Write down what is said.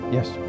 Yes